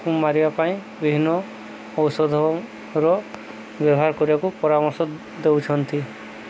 ମାରିବା ପାଇଁ ବିଭିନ୍ନ ଔଷଧର ବ୍ୟବହାର କରିବାକୁ ପରାମର୍ଶ ଦେଉଛନ୍ତି